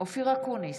אופיר אקוניס,